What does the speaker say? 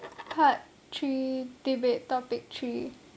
part three debate topic three